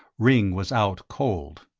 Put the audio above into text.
ringg was out cold.